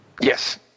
Yes